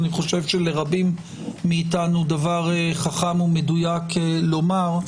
אני חושב שלרבים מאתנו דבר חכם ומדויק לומר,